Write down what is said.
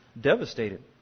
devastated